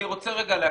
אני רוצה להקדים.